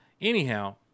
anyhow